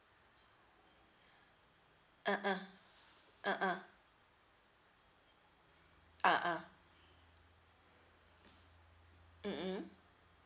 uh uh uh uh ah ah mm mm